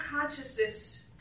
consciousness